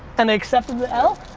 and they accepted the l?